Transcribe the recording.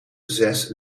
zes